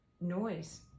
noise